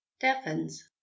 deafens